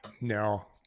no